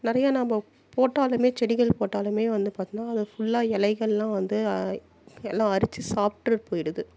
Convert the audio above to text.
நிறையா நாம்ப போட்டாலுமே செடிகள் போட்டாலுமே வந்து பார்த்தினா அது ஃபுல்லாக இலைகள்லாம் வந்து எல்லாம் அரிச்சு சாப்பிடு போய்டுது